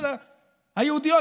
היהודיות,